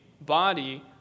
body